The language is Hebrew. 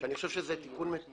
שאני חושב שזה תיקון מבורך.